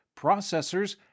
processors